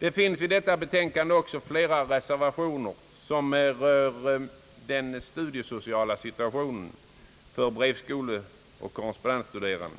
Det finns vid detta utlåtande flera reservationer som rör den studiesociala situationen för brevskoleoch korrespondensstuderande.